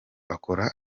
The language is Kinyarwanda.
akora